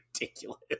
ridiculous